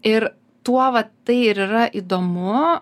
ir tuo vat tai ir yra įdomu